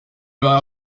vas